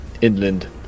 inland